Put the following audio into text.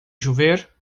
chover